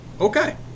okay